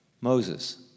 Moses